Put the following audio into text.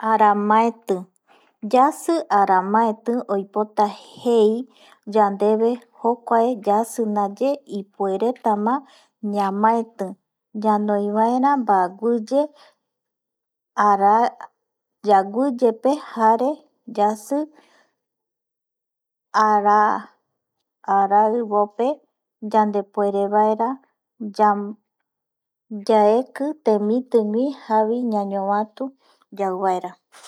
Ara maetɨ, oipota jei yandeve jokuae yasi naye ipueretama ñamaeti ñanoi baera baewiye ara yawiye pe jare yasi araibo pe yande puere baerayaeki temitiwi jarebi ñañobatu yau baera.